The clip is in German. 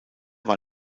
war